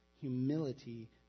humility